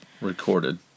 recorded